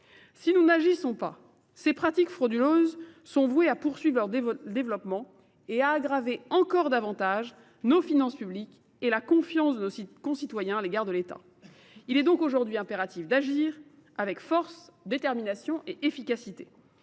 Si nous n’agissons pas, ces pratiques frauduleuses sont vouées à se développer, à aggraver encore davantage le déficit de nos finances publiques et à altérer la confiance de nos concitoyens à l’égard de l’État. Il est donc aujourd’hui impératif d’agir avec force, détermination et efficacité.